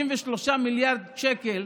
53 מיליארד שקל,